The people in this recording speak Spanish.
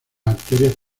arterias